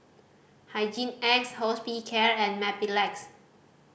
Hygin X Hospicare and Mepilex